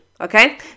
Okay